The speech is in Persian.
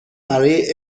برای